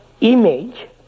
image